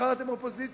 מחר אתם אופוזיציה.